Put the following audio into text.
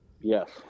Yes